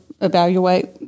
evaluate